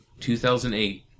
2008